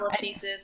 Pieces